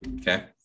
Okay